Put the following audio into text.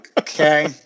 Okay